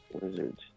Wizards